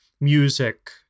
music